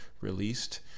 released